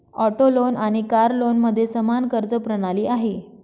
auto loan आणि car लोनमध्ये समान कर्ज प्रणाली आहे